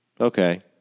okay